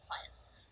clients